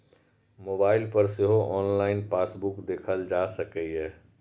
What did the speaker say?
mobile पर सेहो online passbook देखल जा सकैए